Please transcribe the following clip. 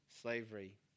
slavery